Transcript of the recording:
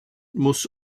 muss